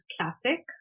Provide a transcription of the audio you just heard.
classic